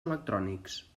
electrònics